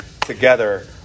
together